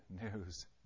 news